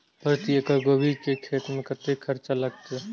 प्रति एकड़ गोभी के खेत में कतेक खर्चा लगते?